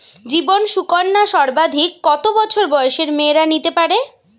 জীবন সুকন্যা সর্বাধিক কত বছর বয়সের মেয়েরা নিতে পারে?